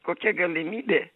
kokia galimybė